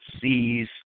sees